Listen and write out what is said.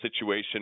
situation